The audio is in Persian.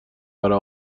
برا